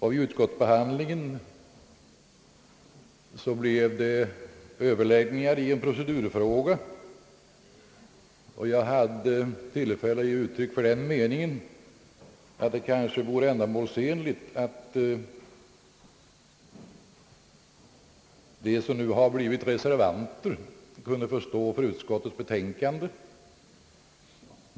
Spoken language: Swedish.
Vid utskottsbehandlingen blev det överläggningar i en procedurfråga, och jag hade då tillfälle att ge uttryck för den meningen att det kanske vore ändamålsenligt att de som nu blivit reservanter kunde få stå för utskottets betänkande.